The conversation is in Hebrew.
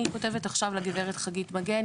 אני כותבת עכשיו לגברת חגית מגן,